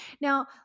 Now